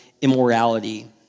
immorality